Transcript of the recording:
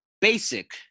basic